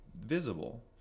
visible